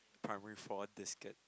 primary four diskette